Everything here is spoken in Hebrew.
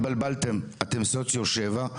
התבלבלתם אתם סוציו שבע,